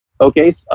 Okay